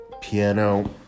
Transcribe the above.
piano